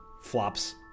flops